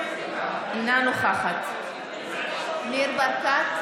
אינה נוכחת ניר ברקת,